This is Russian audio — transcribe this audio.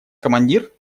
командир